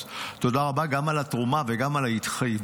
אז תודה רבה גם על התרומה וגם על ההתחייבות